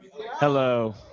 Hello